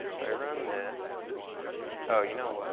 if i run this oh, you know